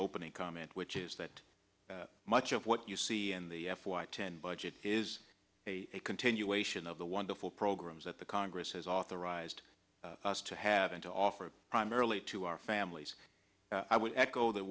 opening comment which is that much of what you see in the f y ten budget is a continuation of the wonderful programs that the congress has authorized us to have and to offer primarily to our families i would echo the